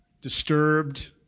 disturbed